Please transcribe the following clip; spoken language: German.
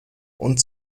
und